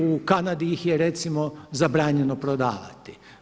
U Kanadi ih je recimo zabranjeno prodavati.